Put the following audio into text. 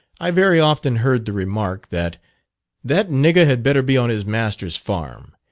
i very often heard the remark, that that nigger had better be on his master's farm,